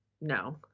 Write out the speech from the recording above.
No